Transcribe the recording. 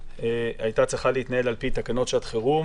הייתה צריכה להתנהל על פי תקנות שעת חירום,